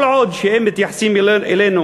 כל עוד הם מתייחסים אלינו